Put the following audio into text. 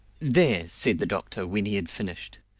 there! said the doctor when he had finished.